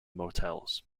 motels